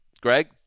Greg